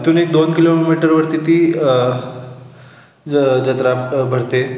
इथून एक दोन किलोमीटरवरती ती जत्रा भरते